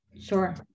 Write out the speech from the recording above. Sure